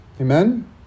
amen